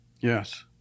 yes